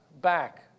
back